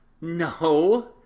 no